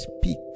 speak